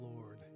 Lord